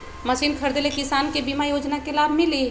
Machine खरीदे ले किसान के बीमा योजना के लाभ मिली?